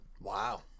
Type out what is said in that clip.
Wow